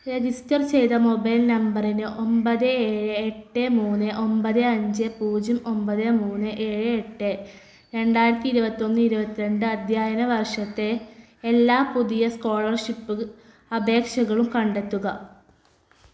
register ചെയ്ത mobile നമ്പറിന് ഒമ്പത് ഏഴ് എട്ട് മൂന്ന് ഒമ്പത് അഞ്ച് പൂജ്യം ഒമ്പത് മൂന്ന് ഏഴ് എട്ട് രണ്ടായിരത്തി ഇരുപത്തൊന്ന് ഇരുപത്തിരണ്ട് അധ്യായന വർഷത്തെ എല്ലാ പുതിയ സ്കോളർഷിപ്പ് അപേക്ഷകളും കണ്ടെത്തുക